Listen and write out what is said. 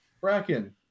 Bracken